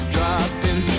Dropping